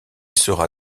sera